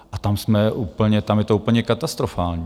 A tam jsme úplně tam je to úplně katastrofální.